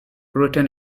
written